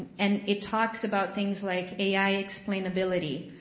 and it talks about things like ai explainability,